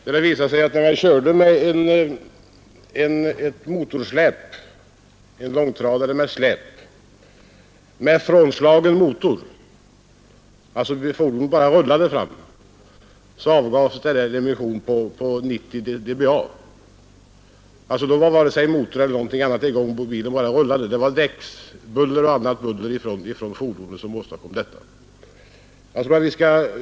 När man där körde med en långtradare med släp och frånslagen motor — fordonet rullade fram — visade det sig att långtradaren avgav en bulleremission på 90 dB. Då var varken motor eller något annat på långtradaren i gång — den bara rullade.